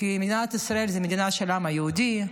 כי מדינת ישראל זו המדינה של העם היהודי,